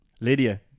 lydia